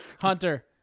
Hunter